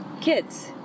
kids